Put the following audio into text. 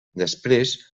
després